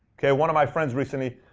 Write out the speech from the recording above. okay, one of my friends recently,